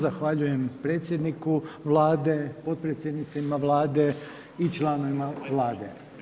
Zahvaljujem predsjedniku Vlade, potpredsjednicima Vlade i članovima Vlade.